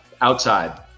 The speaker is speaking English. outside